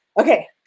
Okay